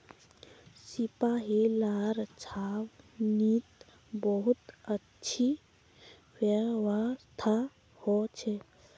सिपाहि लार छावनीत बहुत अच्छी व्यवस्था हो छे